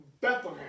Bethlehem